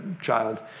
child